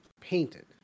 painted